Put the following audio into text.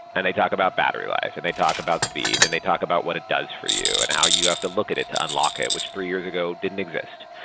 and they talk about battery life, and they talk about speed, and they talk about what it does for you and how you have to look at it unlock it, which three years ago didn't exist,